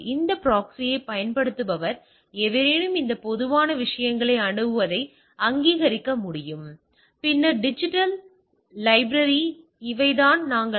இந்த ப்ராக்ஸியைப் பயன்படுத்துபவர் எவரேனும் இந்த பொதுவான விஷயங்களை அணுகுவதை அங்கீகரிக்க முடியும் பின்னர் டிஜிட்டல் லைப்ரரி இவைதான் நாங்கள் ஐ